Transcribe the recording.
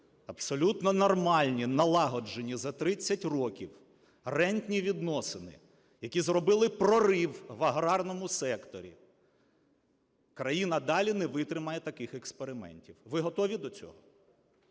абсолютно нормальні, налагоджені за 30 років рентні відносини, які зробили прорив в аграрному секторі, країна далі не витримає таких експериментів. Ви готові до цього?